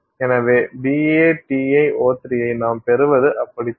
எனவே BaTiO3 ஐ நாம் பெறுவது அப்படித்தான்